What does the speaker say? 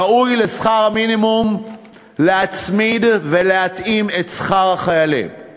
ראוי להצמיד ולהתאים את שכר החיילים לשכר המינימום.